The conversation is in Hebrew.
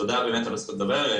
תודה על הזכות לדבר.